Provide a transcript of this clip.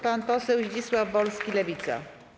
Pan poseł Zdzisław Wolski, Lewica.